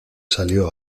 salió